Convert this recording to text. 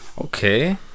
Okay